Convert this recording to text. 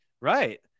Right